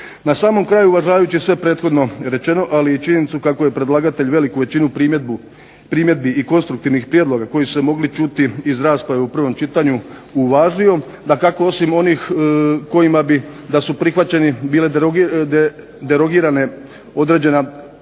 Na samom kraju uvažavajući sve prethodno rečeno ali i činjenicu kako je predlagatelj veliku većinu primjedbi i konstruktivnih prijedloga koji su se mogli čuti iz rasprave u prvom čitanju uvažio dakako osim onih kojima bi da su prihvaćeni bile derogirane određena temeljna